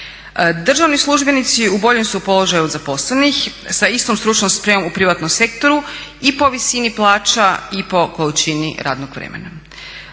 Državni službenici u boljem su položaju od zaposlenih sa istom stručnom spremom u privatnom sektoru i po visini plaća i po količini radnog vremena.